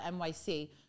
NYC